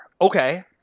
Okay